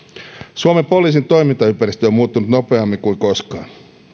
suomen poliisin toimintaympäristö on on muuttunut nopeammin kuin koskaan